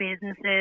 businesses